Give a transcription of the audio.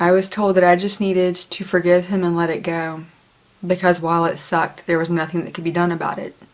i was told that i just needed to forgive him and let it go because while it sucked there was nothing that could be done about it